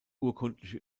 urkundliche